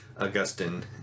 Augustine